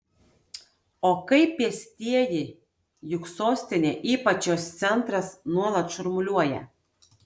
o kaip pėstieji juk sostinė ypač jos centras nuolat šurmuliuoja